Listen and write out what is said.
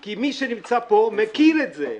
כי מי שנמצא פה מכיר את זה,